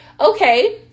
okay